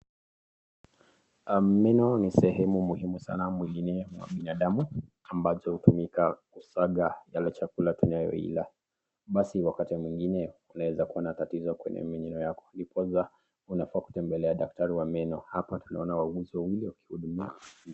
Meno ni sehemu muhimu sana mwilini mwa binadamu ambacho hutumika kusaga yale chakula tunayoyila. Basi wakati mwingine unaweza kuona tatizo kwenye meno yako ndipo unapaswa kutembelea daktari wa meno. Hapa tunaona wauguzi wawili wakihudumia